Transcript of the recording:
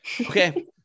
okay